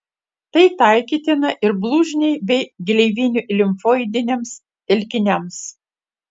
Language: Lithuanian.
tai taikytina ir blužniai bei gleivinių limfoidiniams telkiniams